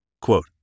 Quote